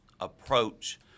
approach